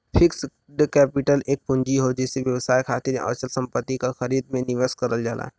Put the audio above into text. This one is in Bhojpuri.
फिक्स्ड कैपिटल एक पूंजी हौ जेसे व्यवसाय खातिर अचल संपत्ति क खरीद में निवेश करल जाला